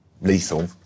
lethal